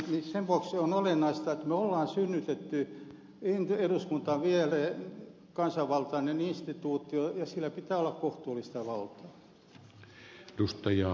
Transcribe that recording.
sen vuoksi on olennaista että me olemme synnyttäneet eduskunnan viereen kansanvaltaisen instituution ja sillä pitää olla kohtuullista valtaa